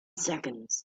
seconds